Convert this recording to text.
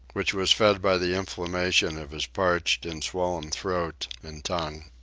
which was fed by the inflammation of his parched and swollen throat and tongue.